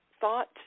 thought